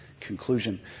conclusion